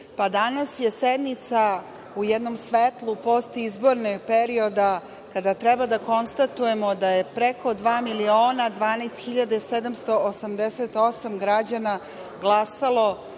danas je sednica u jednom svetlu postizbornog perioda kada treba da konstatujemo da je preko 2.012.788 građana glasalo